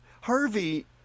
Harvey